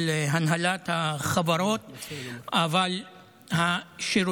שאני בעד שוויון, אבל ביטול שאפשר